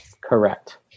Correct